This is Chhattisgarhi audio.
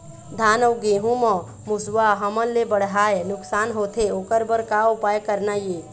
धान अउ गेहूं म मुसवा हमन ले बड़हाए नुकसान होथे ओकर बर का उपाय करना ये?